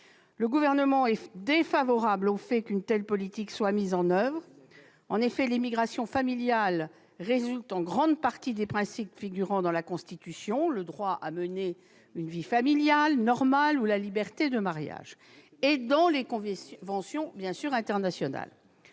Le Gouvernement n'est pas favorable à ce qu'une telle politique soit mise en oeuvre. En effet, l'immigration familiale résulte en grande partie des principes figurant dans la Constitution- le droit à mener une vie familiale normale ou la liberté de mariage -et, bien sûr, dans les conventions internationales.